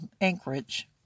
Anchorage